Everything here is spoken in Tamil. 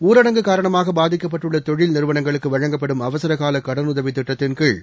ஊரடங்கு காரணமாக பாதிக்கப்பட்டுள்ள தொழில் நிறுவனங்களுக்கு வழங்கப்படும் அவசர கால கடனுதவி திட்டத்தின் கீழ்